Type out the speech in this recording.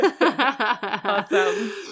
Awesome